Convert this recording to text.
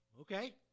okay